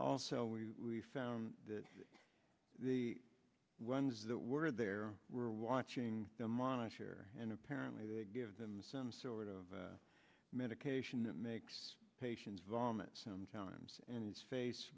also we found that the ones that were there were watching them on a chair and apparently they give them some sort of medication that makes patients vomit sometimes and his face